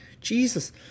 Jesus